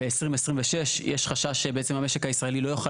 ב-2026 יש חשש שבעצם המשק הישראלי לא יוכל